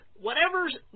whatever's